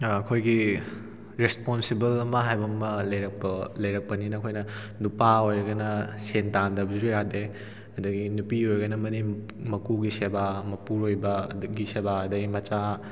ꯑꯩꯈꯣꯏꯒꯤ ꯔꯦꯁꯄꯣꯟꯁꯤꯕꯜ ꯑꯃ ꯍꯥꯏꯕ ꯑꯃ ꯂꯩꯔꯛꯄ ꯂꯩꯔꯛꯄꯅꯤꯅ ꯑꯩꯈꯣꯏꯅ ꯅꯨꯄꯥ ꯑꯣꯏꯔꯒꯅ ꯁꯦꯟ ꯇꯥꯟꯗꯕꯁꯨ ꯌꯥꯗꯦ ꯑꯗꯒꯤ ꯅꯨꯄꯤ ꯑꯣꯏꯔꯒꯅ ꯃꯅꯦꯝ ꯃꯀꯨꯒꯤ ꯁꯦꯕꯥ ꯃꯄꯨꯔꯣꯏꯕ ꯑꯗꯒꯤ ꯁꯦꯕꯥ ꯑꯗꯩ ꯃꯆꯥ